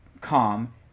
calm